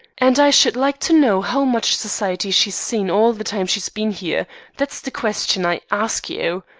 and i should like to know how much society she's seen all the time she's been here that's the question i ask you.